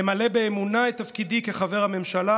למלא באמונה את תפקידי כחבר הממשלה